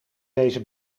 deze